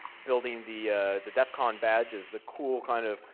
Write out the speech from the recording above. building the the defcon badges. the cool, kind of,